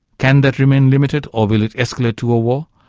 can that remain limited or will it escalate to a war?